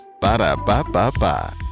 Ba-da-ba-ba-ba